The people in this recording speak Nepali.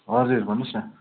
हजुर भन्नु होस् न